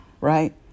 right